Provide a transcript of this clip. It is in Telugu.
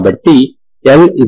కాబట్టి L ddx1